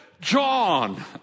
John